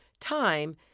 time